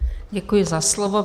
Děkuji za slovo.